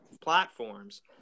platforms